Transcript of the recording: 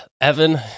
Evan